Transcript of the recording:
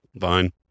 fine